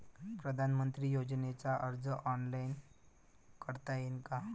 पंतप्रधान योजनेचा अर्ज ऑनलाईन करता येईन का?